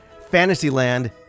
Fantasyland